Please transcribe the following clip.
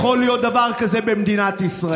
לא יכול להיות דבר כזה במדינת ישראל.